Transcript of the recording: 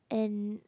and